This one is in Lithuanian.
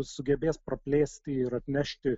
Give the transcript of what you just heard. sugebės praplėsti ir atnešti